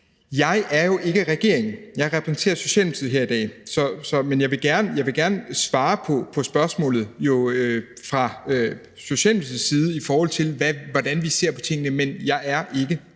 Jeg er jo ikke regeringen. Jeg repræsenterer Socialdemokratiet her i dag. Men jeg vil gerne på Socialdemokratiets vegne svare på spørgsmålene om, hvordan vi ser på tingene, men jeg er ikke